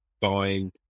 buying